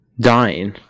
Dying